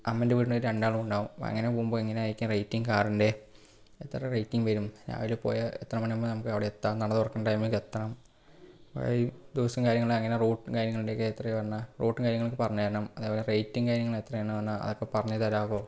അമ്മയുടെ വീട്ടിൽ നിന്ന് രണ്ടാളും ഉണ്ടാവും അങ്ങനെ പോകുമ്പോൾ എങ്ങനെയായിരിക്കും റേറ്റിംഗ് കാറിൻ്റെ എത്ര റേറ്റിംഗ് വരും രാവിലെ പോയാൽ എത്ര മണിയാവുമ്പോൾ നമുക്ക് അവിടെ എത്താം നട തുറക്കുന്ന ടൈമില് എത്തണം ദിവസവും കാര്യങ്ങളൊക്കെ എങ്ങനെ റൂട്ടും കാര്യങ്ങളൊക്കെ എത്രയോ വരണേ റൂട്ടും കാര്യങ്ങളും ഒക്കെ പറഞ്ഞു തരണം അതുപോലെ റേറ്റിംഗ് കാര്യങ്ങളൊക്കെ എത്രയാണ് അതൊക്കെ പറഞ്ഞു തരാവോ